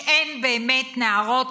שאין באמת נערות,